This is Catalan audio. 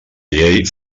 llei